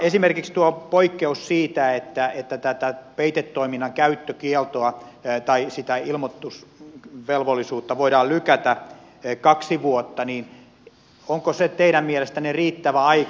esimerkiksi tuo poikkeus siitä että tätä peitetoiminnan käyttökieltoa ja tai osittain ilmoitus ilmoitusvelvollisuutta voidaan lykätä kaksi vuotta onko se teidän mielestänne riittävä aika